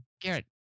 Garrett